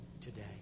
today